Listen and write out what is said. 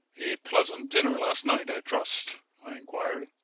a pleasant dinner last night, i trust? i inquired.